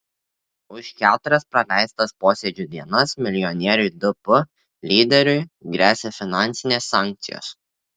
už keturias praleistas posėdžių dienas milijonieriui dp lyderiui gresia finansinės sankcijos